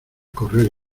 correr